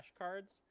flashcards